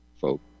folk